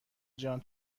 جان